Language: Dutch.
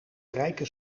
rijke